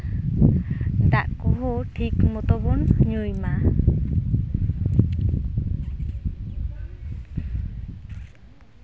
ᱫᱟᱜ ᱠᱚᱦᱚᱸ ᱴᱷᱤᱠ ᱢᱚᱛᱚ ᱵᱚᱱ ᱧᱩᱭ ᱢᱟ